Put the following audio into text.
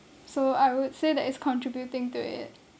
so I would say that it's contributing to it